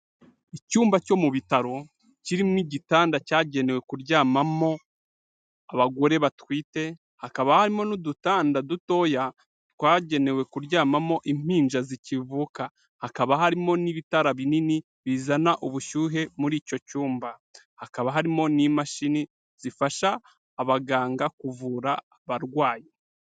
Icyumba cyo mu bitaro kirimo igitanda cyagenewe kuryamamo abagore batwite, hakaba harimo n'udutanda dutoya twagenewe kuryamamo impinja zikivuka, hakaba harimo n'ibitara binini bizana ubushyuhe muri icyo cyumba, hakaba harimo n'imashini zifasha abaganga kuvura abarwayi.